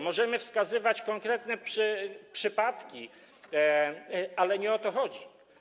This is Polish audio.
Możemy wskazywać konkretne przypadki, ale nie o to chodzi.